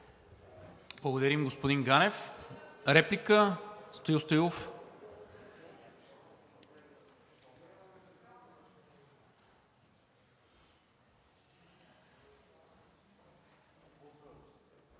Благодаря, господин Ганев. Реплика – Стоил Стоилов.